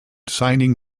signing